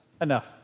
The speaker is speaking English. enough